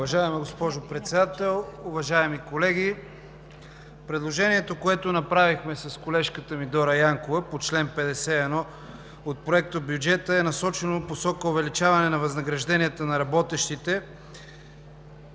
Уважаеми господин Председател, уважаеми колеги! Предложението, което направихме с колежката ми Дора Янкова по чл. 51 от Проектобюджета, е в посока на увеличаване възнагражденията на работещите,